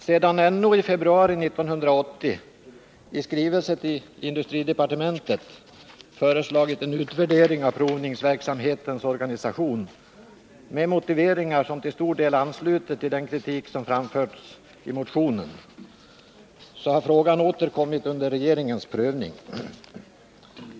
Sedan NO i februari 1980 i skrivelse till industridepartementet föreslagit en utvärdering av provningsverksamhetens organisation med motiveringar som till stor del ansluter till den kritik som framförts i motionen har frågan åter kommit under regeringens prövning.